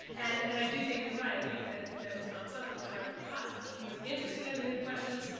and and i do think you're right. i think that that southern was right on the cusp. he he was interested in the new questions,